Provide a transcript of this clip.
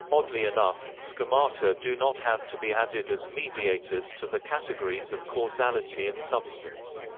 oddly enough, schemata do not have to be added as mediators to the categories of causality and substance.